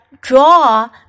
Draw